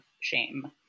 shame